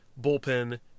bullpen